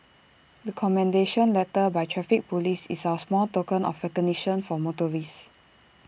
the commendation letter by traffic Police is our small token of recognition for motorists